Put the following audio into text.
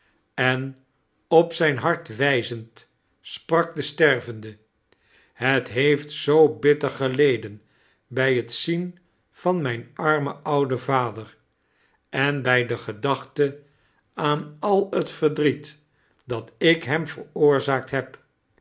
en op zijn hart wij'zend sprak de stervende het heeft zoo bitter geleden bij het zien van mijn armen ouden vader en bij de gedaohte aan al het verdriet dat ik hem veroorzaakt heb